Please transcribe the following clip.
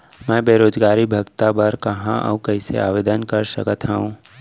मैं बेरोजगारी भत्ता बर कहाँ अऊ कइसे आवेदन कर सकत हओं?